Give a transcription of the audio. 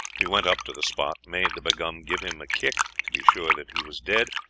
we went up to the spot, made the begaum give him a kick, to be sure that he was dead,